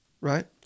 right